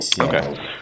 Okay